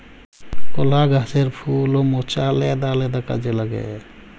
কলা গাহাচের ফুল বা মচা আলেদা আলেদা কাজে লাগে